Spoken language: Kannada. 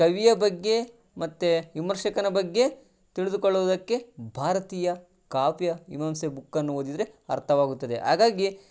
ಕವಿಯ ಬಗ್ಗೆ ಮತ್ತು ವಿಮರ್ಶಕನ ಬಗ್ಗೆ ತಿಳಿದುಕೊಳ್ಳುವುದಕ್ಕೆ ಭಾರತೀಯ ಕಾವ್ಯ ಮೀಮಾಂಸೆ ಬುಕ್ಕನ್ನು ಓದಿದರೆ ಅರ್ಥವಾಗುತ್ತದೆ ಹಾಗಾಗಿ